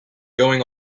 going